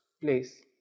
place